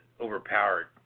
overpowered